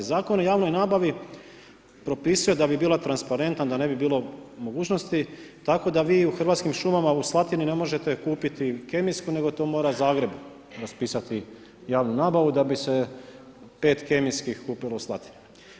Zakon o javnoj nabavi propisuje da bi bila transparentan, da ne bi bilo mogućnosti, tako da vi u Hrvatskim šumama u Slatini ne možete kupiti kemijsku, nego to mora Zagreb raspisati javnu nabavu da bi se 5 kemijskih kupilo u Slatini.